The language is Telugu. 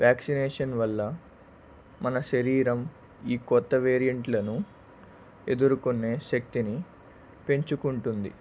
వ్యాక్సినేషన్ వల్ల మన శరీరం ఈ కొత్త వేరియంట్లను ఎదుర్కొనే శక్తిని పెంచుకుంటుంది